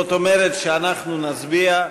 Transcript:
אוקיי.